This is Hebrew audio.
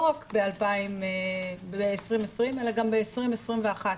לא רק ב-2020, אלא גם ב-2021,